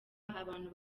abantu